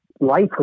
Life